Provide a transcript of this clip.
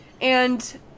And-